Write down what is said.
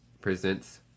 presents